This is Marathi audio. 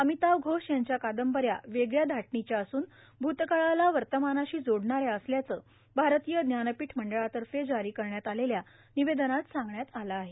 अमिताव घोष यांच्या कांदबऱ्या वेगळ्या धाटनीच्या असून भूतकाळाला वर्तमानाशी जोडणाऱ्या असल्याचं भारतीय ज्ञानपीठ मंडळातर्फे जारी करण्यात आलेल्या निवेदनात सांगण्यात आलं आहे